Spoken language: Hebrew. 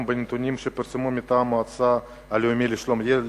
לנתונים שפורסמו מטעם המועצה הלאומית לשלום הילד,